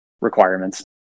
requirements